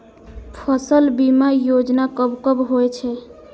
फसल बीमा योजना कब कब होय छै?